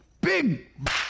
Big